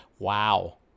Wow